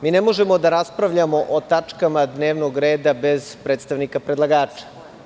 Mi ne možemo da raspravljamo o tačkama dnevnog reda bez predstavnika predlagača.